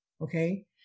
okay